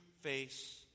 face